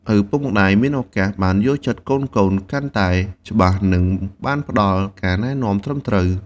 ឪពុកម្តាយមានឱកាសបានយល់ចិត្តកូនៗកាន់តែច្បាស់ និងបានផ្តល់ការណែនាំត្រឹមត្រូវ។